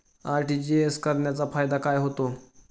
RTGS करण्याचा फायदा काय होतो?